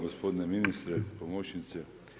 Gospodine ministre, pomoćnice.